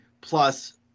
plus